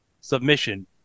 submission